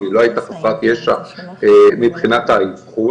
והיא לא הייתה חסרת ישע מבחינת האבחון,